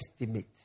estimate